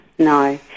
No